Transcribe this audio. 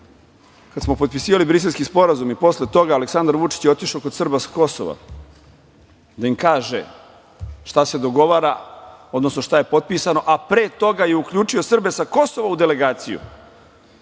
smo potpisivali Briselski sporazum i posle toga Aleksandar Vučić je otišao kod Srba sa Kosova da im kaže šta se dogovara, odnosno šta je potpisano, a pre toga je uključio Srbe sa Kosova u delegaciju,